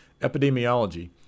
Epidemiology